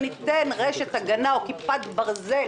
וניתן רשת הגנה או כיפת ברזל